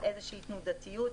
איזושהי תנודתיות.